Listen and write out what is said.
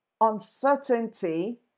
uncertainty